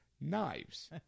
Knives